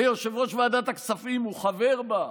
ויושב-ראש ועדת הכספים חבר בה,